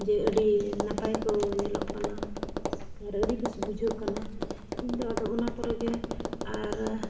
ᱡᱮ ᱟᱹᱰᱤ ᱱᱟᱯᱟᱭ ᱠᱚ ᱧᱮᱞᱚᱜ ᱠᱟᱱᱟ ᱟᱨ ᱟᱹᱰᱤ ᱵᱮᱹᱥ ᱵᱩᱡᱷᱟᱹᱜ ᱠᱟᱱᱟ ᱤᱧ ᱫᱚ ᱟᱫᱚ ᱚᱱᱟ ᱠᱚᱨᱮ ᱜᱮ ᱟᱨ